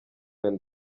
and